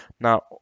Now